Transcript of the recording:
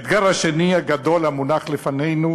האתגר השני הגדול המונח לפנינו